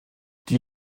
die